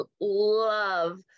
love